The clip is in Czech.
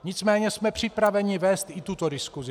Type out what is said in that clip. Nicméně jsme připraveni vést i tuto diskusi.